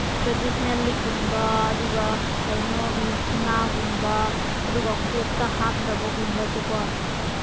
traditional ꯂꯤꯛꯀꯨꯝꯕ ꯑꯗꯨꯒ ꯀꯩꯅꯣ ꯁꯅꯥꯒꯨꯝꯕ ꯑꯗꯨꯒ ꯀꯣꯛꯇ ꯍꯥꯞꯅꯕꯒꯨꯝꯕꯁꯦꯀꯣ